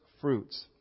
Fruits